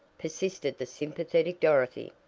persisted the sympathetic dorothy.